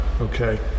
okay